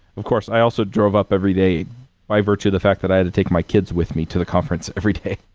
of course, i also drove up every day by virtue of the fact that i had to take my kids with me to the conference every day.